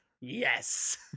Yes